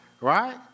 Right